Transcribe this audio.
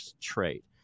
trait